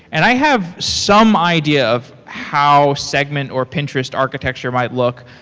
and i have some idea of how segment or pinterest architecture might look,